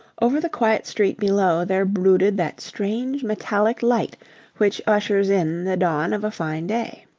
over the quiet street below there brooded that strange, metallic light which ushers in the dawn of a fine day.